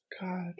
God